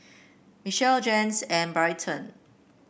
Michelle Janyce and Bryton